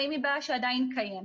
האם היא בעיה שעדיין קיימת?